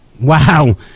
Wow